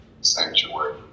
sanctuary